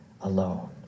alone